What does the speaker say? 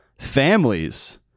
Families